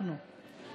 אנחנו,